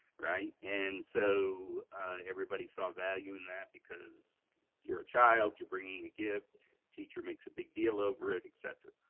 right? and so everybody saw value in that because you're a child you're bringing a gift teacher makes a big deal over it, et cetera,